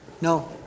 No